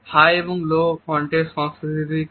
high এবং low context সংস্কৃতি কি